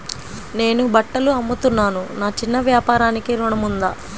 నేను బట్టలు అమ్ముతున్నాను, నా చిన్న వ్యాపారానికి ఋణం ఉందా?